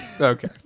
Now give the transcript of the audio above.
okay